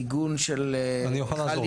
מיגון של חליבה.